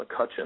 McCutcheon